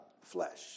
flesh